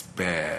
it's bad,